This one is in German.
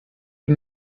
der